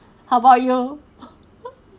how about you